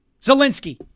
Zelensky